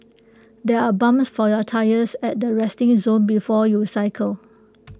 there are pumps for your tyres at the resting zone before you cycle